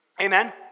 Amen